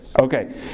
Okay